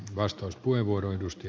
arvoisa puhemies